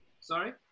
Sorry